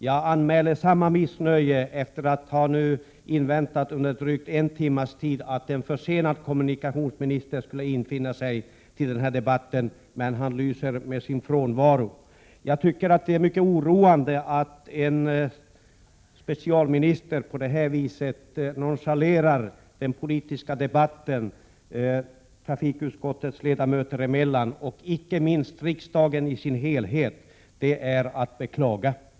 Jag anmäler samma missnöje i dag, efter att nu i drygt en timmes tid ha väntat på att en försenad kommunikationsminister skall infinna sig till debatten. Han lyser med sin frånvaro. Jag tycker att det är mycket oroande att en specialminister på det här viset nonchalerar den politiska debatten trafikutskottets ledamöter emellan och icke minst riksdagen i dess helhet — det är att beklaga.